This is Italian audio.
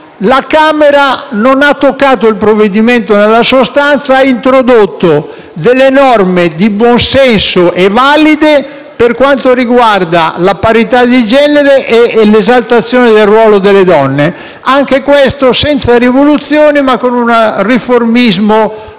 la Camera non ha toccato il provvedimento nella sostanza, introducendo norme di buon senso e valide per quanto riguarda la parità di genere e l'esaltazione del ruolo delle donne; anche questo senza rivoluzione, ma con un riformismo corretto.